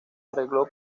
arregló